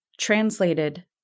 translated